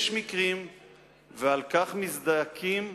ועל כך המנהלים מזדעקים,